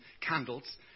candles